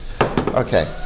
Okay